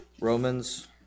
Romans